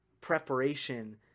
preparation